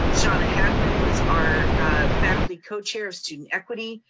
shauna hagman was our faculty co-chair of student equity.